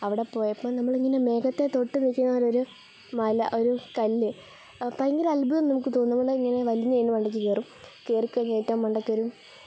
അവിടെ പോയപ്പോൾ നമ്മൾ ഇങ്ങനെ മേഘത്തെ തൊട്ടു നിൽക്കുന്നത് മാതിരി ഒരു മല ഒരു കല്ല് ഭയങ്കര അത്ഭുതം നമുക്ക് തോന്നും നമ്മൾ ഇങ്ങനെ വലിഞ്ഞ് അതിൻ്റെ മണ്ടയ്ക്ക് കയറും കയറിക്കഴിഞ്ഞ് ഏറ്റവും മണ്ടയ്ക്കൊരു